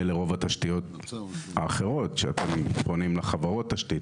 לרוב התשתיות האחרות שפונים לחברות תשתית.